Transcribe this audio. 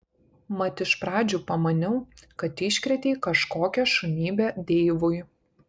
mat iš pradžių pamaniau kad iškrėtei kažkokią šunybę deivui